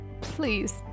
please